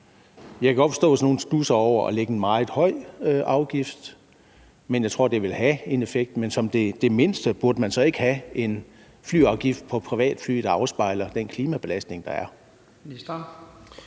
Jeg kan godt forstå, hvis nogle studser over at pålægge en meget høj afgift, men jeg tror, at det vil have en effekt. Burde man som det mindste så ikke have en flyafgift på privatfly, der afspejler den klimabelastning, der er?